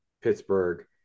Pittsburgh